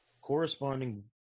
corresponding